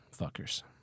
fuckers